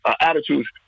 attitudes